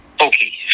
Okay